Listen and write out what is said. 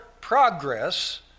progress